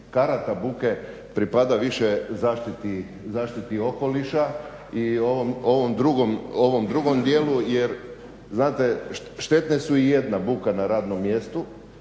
karata buke pripada više zaštiti okoliša i ovom drugom dijelu. Jer znate, štetne su ijedna buka na radnom mjestu